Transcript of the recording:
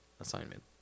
assignment